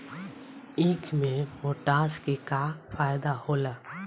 ईख मे पोटास के का फायदा होला?